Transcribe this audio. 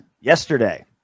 yesterday